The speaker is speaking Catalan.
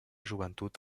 joventut